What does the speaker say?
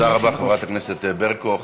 תודה רבה, חברת הכנסת ברקו.